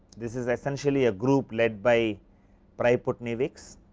this is the essentially a group led by pryputniewicz,